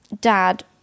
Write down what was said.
dad